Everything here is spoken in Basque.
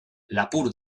lapur